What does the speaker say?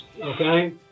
Okay